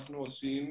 אנחנו עושים